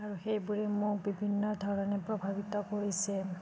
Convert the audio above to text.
আৰু সেইবোৰে মোক বিভিন্ন ধৰণে প্ৰভাৱিত কৰিছে